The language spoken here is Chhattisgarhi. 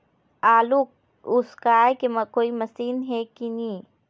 आलू उसकाय के कोई मशीन हे कि नी?